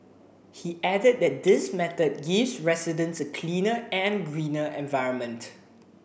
he added that this method gives residents a cleaner and greener environment